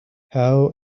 how